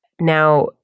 Now